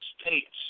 states